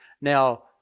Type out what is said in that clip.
now